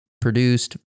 produced